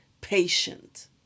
patient